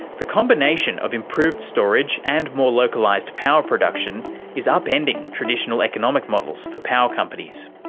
the combination of improved storage and more localised power production is upending traditional economic models for power companies.